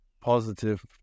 positive